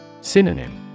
Synonym